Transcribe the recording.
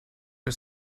her